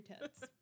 tits